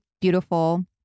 beautiful